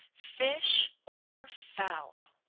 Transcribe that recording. fish or fowl.